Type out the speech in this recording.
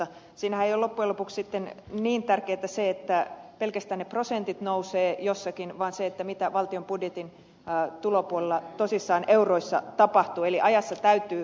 siinähän ei ole loppujen lopuksi sitten niin tärkeätä se että pelkästään ne prosentit nousevat jossakin vaan se mitä valtion budjetin tulopuolella tosissaan euroissa tapahtuu eli ajassa täytyy elää